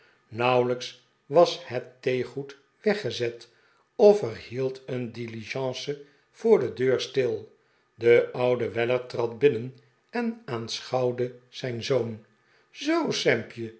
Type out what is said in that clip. nauwelijks was het theegoed weggezet of er hield een diligence voor de deur stil de oude weller trad binnen en aanschouwde zijn zoon zoo sampje